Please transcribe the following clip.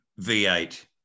V8